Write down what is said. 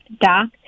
doc